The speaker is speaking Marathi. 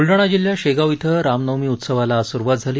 बुलडाणा जिल्ह्यात शेगाव इथं रामनवमी उत्सवाला आज सुरुवात झाली